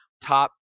top